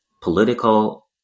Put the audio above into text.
political